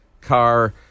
car